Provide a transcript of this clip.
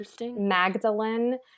Magdalene